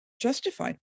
justified